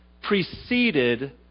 preceded